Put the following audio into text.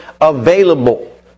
available